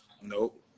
nope